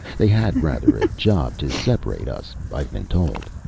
they had rather a job to separate us, i've been told.